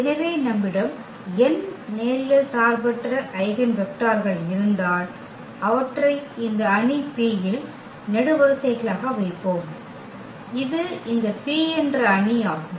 எனவே நம்மிடம் n நேரியல் சார்பற்ற ஐகென் வெக்டர்கள் இருந்தால் அவற்றை இந்த அணி P இல் நெடுவரிசைகளாக வைப்போம் இது இந்த P என்ற அணி ஆகும்